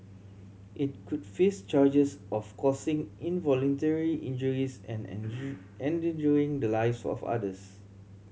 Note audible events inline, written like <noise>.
it could face charges of causing involuntary injuries and <unintelligible> endangering the lives of others